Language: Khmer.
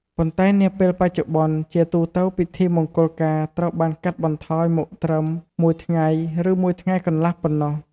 ប៉ុន្តែនាពេលបច្ចុប្បន្ន ជាទូទៅពិធីមង្គលការត្រូវបានកាត់បន្ថយមកត្រឹម មួយថ្ងៃ ឬមួយថ្ងៃកន្លះ ប៉ុណ្ណោះ។